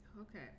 Okay